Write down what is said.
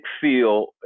feel